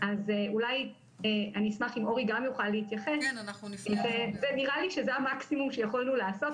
אני אשמח אם אורי גם יוכל להתייחס ונראה לי שזה המקסימום שיכולנו לעשות,